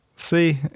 See